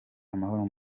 amahoro